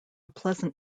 pleasant